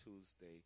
Tuesday